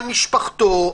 על משפחתו,